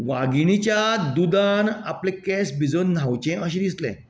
वागिणीच्या दुदान आपले केस भिजोवन न्हांवचे अशें दिसलें